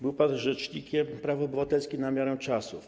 Był pan rzecznikiem praw obywatelskich na miarę czasów.